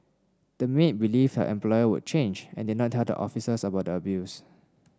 the maid believed her employer would change and did not tell the officers about the abuse